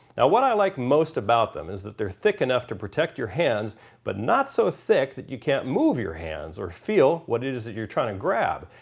now what i like most about them is that they're thick enough to protect your hands but not so thick that you can't move your hands or feel what it is is you're trying to grab.